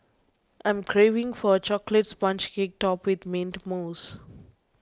I am craving for a Chocolate Sponge Cake Topped with Mint Mousse